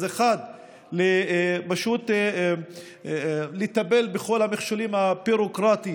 אז 1. פשוט לטפל בכל המכשולים הביורוקרטיים